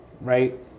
right